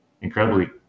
incredibly